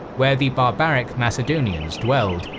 where the barbaric macedonians dwelled,